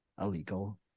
illegal